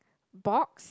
box